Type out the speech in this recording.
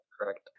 correct